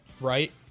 right